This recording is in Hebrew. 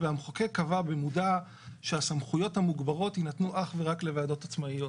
והמחוקק קבע במודע שהסמכויות המוגברות יינתנו אך ורק לוועדות עצמאיות.